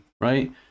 right